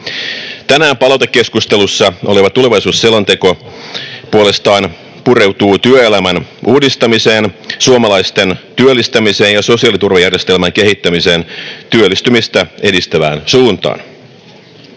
Tänään palautekeskustelussa oleva tulevaisuusselonteko puolestaan pureutuu työelämän uudistamiseen, suomalaisten työllistämiseen ja sosiaaliturvajärjestelmän kehittämiseen työllistymistä edistävään suuntaan.